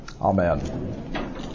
Amen